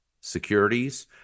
securities